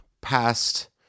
past